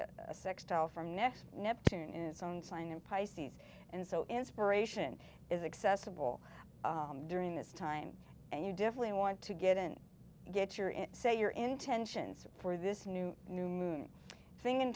it a sextile from next neptune is on sign in pisces and so inspiration is accessible during this time and you definitely want to get in get your say your intentions for this new new moon thing in